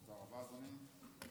תודה רבה, אדוני.